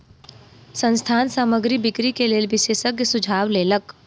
संस्थान सामग्री बिक्री के लेल विशेषज्ञक सुझाव लेलक